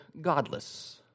godless